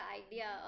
idea